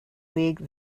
league